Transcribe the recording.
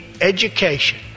education